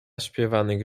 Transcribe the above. śpiewnych